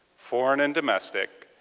foreign and domestic,